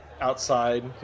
outside